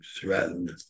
threatened